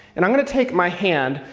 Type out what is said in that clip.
and i'm going to take my hand,